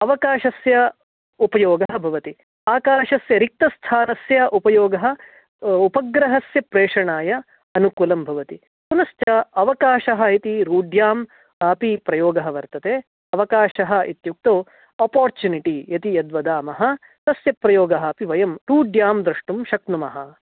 अवकाशस्य उपयोगः भवति आकााशस्य रिक्तस्थानस्य उपयोगः उपग्रहस्य प्रेषणाय अनुकूलं भवति पुनश्च अवकाशः इति रूढ्याम् अपि प्रयोगः वर्तते अवकाशः इत्युक्तौ अपोर्चुनिटि इति यद्वदामः तस्य प्रयोगः अपि वयं रूढ्यां द्रष्टुं शक्नुमः